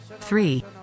Three